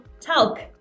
talk